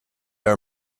are